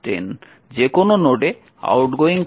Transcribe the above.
যে কোনও নোডে আউটগোয়িং কারেন্ট ইনকামিং কারেন্ট